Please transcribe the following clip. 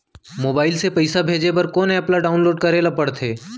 Mobile से पइसा भेजे बर कोन एप ल डाऊनलोड करे ला पड़थे?